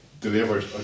delivered